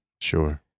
Sure